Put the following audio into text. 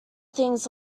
things